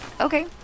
Okay